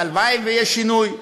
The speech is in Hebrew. והלוואי שיהיה שינוי,